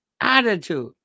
attitude